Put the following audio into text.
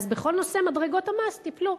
אז בכל נושא מדרגות המס טיפלו.